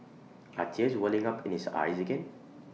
are tears welling up in his eyes again